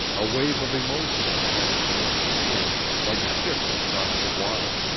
a wave of emotion that passed beneath the skin like a shiver across the water,